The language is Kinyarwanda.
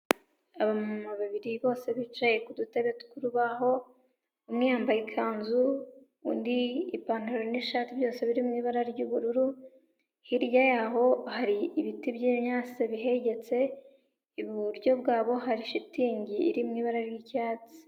Abamama ba biri bose bicaye ku dutebe tw'urubaho, umwe yambaye ikanzu undi ipantaro n'ishati byose biri mu ibara ry'ubururu. Hirya y'aho hari ibiti by'imyasi bihegetse, iburyo bwabo hari shitingi iri mu ibara ry'icyatsi.